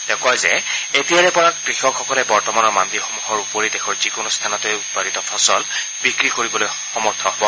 তেওঁ কয় যে এতিয়াৰে পৰা কৃষকসকলে বৰ্তমানৰ মাণ্ডিসমূহৰ উপৰি দেশৰ যিকোনো স্থানতে উৎপাদিত ফচল বিক্ৰী কৰিবলৈ সমৰ্থ হব